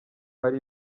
hari